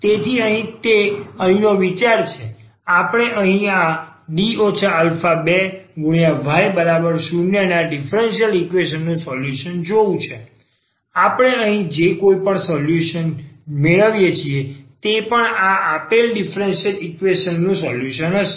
તેથી તે અહીંનો વિચાર છે કે આપણે અહીં આ y0 ડીફરન્સીયલ ઈક્વેશન નુ સોલ્યુશન જોઉં છું આપણે અહીં જે કંઈપણ સોલ્યુશન મેળવીએ છીએ તે પણ આ આપેલ ડીફરન્સીયલ ઈક્વેશન નુ સોલ્યુશન હશે